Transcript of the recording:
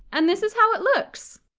and this is how it looks!